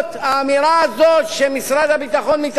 האמירה הזאת שמשרד הביטחון מתארגן,